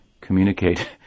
communicate